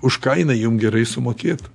už ką jinai jum gerai sumokėtų